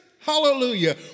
hallelujah